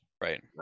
Right